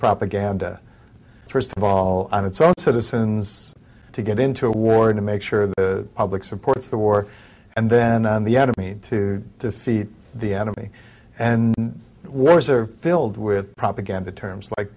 propaganda first of all on its own citizens to get into a war to make sure the public supports the war and then the enemy to defeat the enemy and wars are filled with propaganda terms like